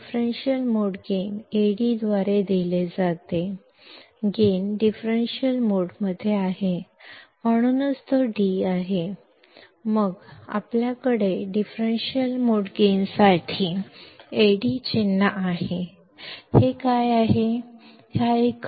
differential mode gain ಅನ್ನು Ad ಎಂದು ನೀಡಲಾಗುತ್ತದೆ ಗೈನ್ ಡಿಫರೆನ್ಷಿಯಲ್ ಮೋಡ್ನಲ್ಲಿದೆ ಅದಕ್ಕಾಗಿಯೇ ಅದು ಡಿ ಆಗಿದೆ ನಂತರ ನಾವು ಡಿಫರೆನ್ಷಿಯಲ್ ಮೋಡ್ ಗೈನ್ಗೆ Ad ಚಿಹ್ನೆಯನ್ನು ಹೊಂದಿದ್ದೇವೆ